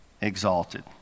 exalted